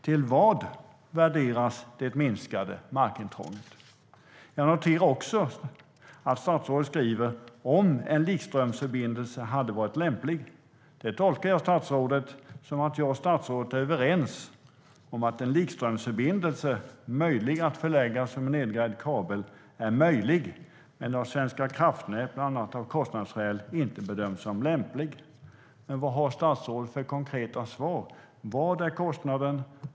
Till vad värderas det minskade markintrånget? en likströmsförbindelse hade varit lämplig". Det tolkar jag som att jag och statsrådet är överens om att en likströmsförbindelse är möjlig att förlägga som en nedgrävd kabel. Men den bedöms av Svenska kraftnät, bland annat av kostnadsskäl, inte som lämplig. Vad har statsrådet för konkreta svar? Vad är kostnaden?